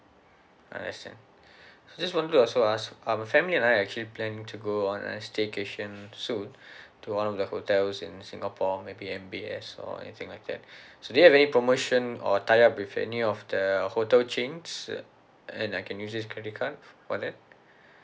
I understand just wanted also to ask our family and I actually planning to go on a staycation soon to one of the hotels in singapore maybe M_B_S or anything like that so is there any promotion or tie up with any of the hotel chains and I can use this credit card for that